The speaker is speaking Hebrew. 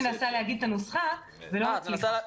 אני מנסה להגיד את הנוסחה כבר שלוש פעמים ולא מצליחה.